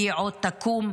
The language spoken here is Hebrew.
והיא עוד תקום,